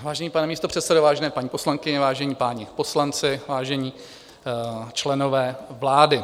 Vážený pane místopředsedo, vážené paní poslankyně, vážení páni poslanci, vážení členové vlády.